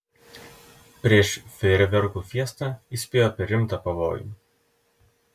prieš fejerverkų fiestą įspėja apie rimtą pavojų